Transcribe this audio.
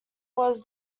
was